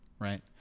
right